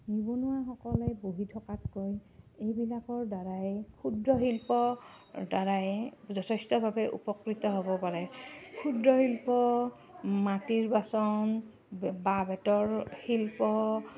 নিবনুৱাসকলে বহি থকাতকৈ এইবিলাকৰ দ্বাৰাই ক্ষুদ্ৰ শিল্প দ্বাৰাই যথেষ্টভাৱে উপকৃত হ'ব পাৰে ক্ষুদ্ৰ শিল্প মাটিৰ বাচন বাঁহ বেতৰ শিল্প